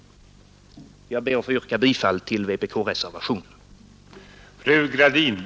Jag ber att få yrka bifall till reservationerna 1, 2, 3 och 4.